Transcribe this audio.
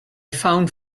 found